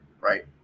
right